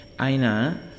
Aina